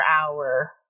hour